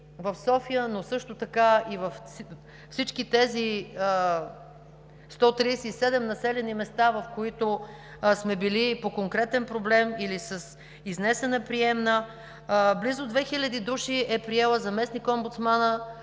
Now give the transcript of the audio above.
– в София, но също така и във всички тези 137 населени места, в които сме били по конкретен проблем или с изнесена приемна. Близо две хиляди души е приел заместник-омбудсманът